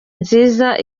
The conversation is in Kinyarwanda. nziza